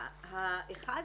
האחד,